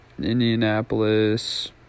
Indianapolis